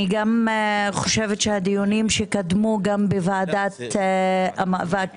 אני חושבת שהדיונים שקדמו בוועדת המאבק